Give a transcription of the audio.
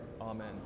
Amen